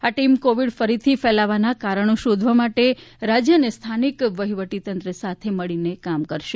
આ team Covid ફરીથી ફેલાવાનાં કારણો શોધવા માટે રાજ્ય અને સ્થાનિક વહીવટ સાથે મળીને કામ કરશે